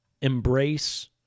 embrace